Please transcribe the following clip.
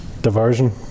diversion